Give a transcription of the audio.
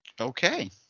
Okay